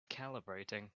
calibrating